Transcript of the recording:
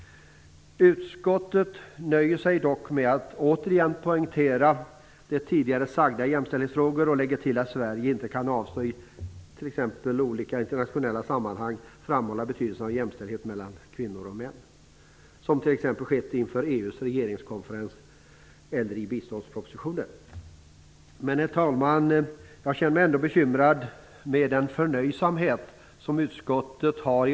Utskottet nöjer sig dock med att återigen poängtera det tidigare sagda i jämställdhetsfrågor, och lägger till att Sverige inte kan avstå från att i olika internationella sammanhang framhålla betydelsen av jämställdhet mellan kvinnor och män. Det har också skett, t.ex. Herr talman! Jag känner mig ändå bekymrad över den förnöjsamhet som utskottet visar.